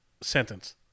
sentence